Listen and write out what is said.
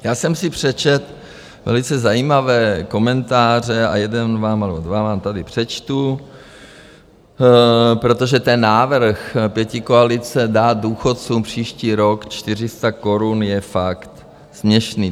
Já jsem si přečetl velice zajímavé komentáře a jeden vám tady přečtu, protože ten návrh pětikoalice dát důchodcům příští rok 400 korun je fakt směšný.